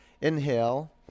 Inhale